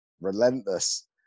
relentless